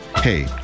Hey